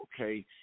okay